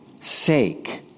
sake